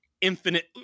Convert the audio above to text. infinite